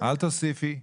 אל תוסיפי.